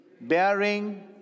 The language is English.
bearing